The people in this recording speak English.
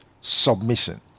Submission